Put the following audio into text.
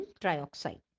trioxide